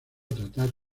tratar